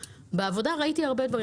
בעבודה ראיתי הרבה דברים,